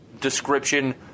description